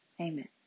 Amen